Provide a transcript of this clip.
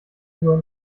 uhr